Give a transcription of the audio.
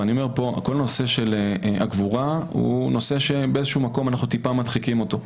כל נושא הקבורה מודחק קצת,